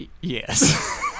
Yes